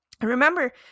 Remember